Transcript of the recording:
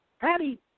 Patty